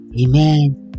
Amen